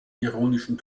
ironischen